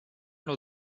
lors